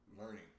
learning